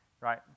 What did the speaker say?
right